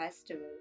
festival